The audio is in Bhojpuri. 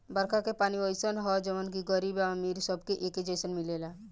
बरखा के पानी अइसन ह जवन की गरीब आ अमीर सबके एके जईसन मिलेला